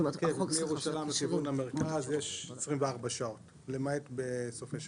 רכבת מירושלים לכיוון המרכז יש 24 שעות למעט בסופי שבוע,